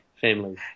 family